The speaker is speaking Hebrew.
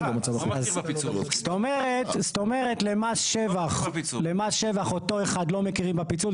זאת אומרת, למס שבח --- לא מכירים בפיצול.